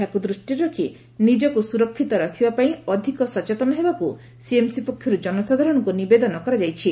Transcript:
ଏହାକୁକ ଦୃଷିରେ ରଖ୍ ନିଜକୁ ସୁରକ୍ଷିତ ରଖିବାପାଇଁ ଅଧିକ ସଚେତନ ହେବାପାଇଁ ସିଏମ୍ସି ପକ୍ଷରୁ ଜନସାଧାରଣଙ୍କୁ ନିବେଦନ କରାଯାଇଛି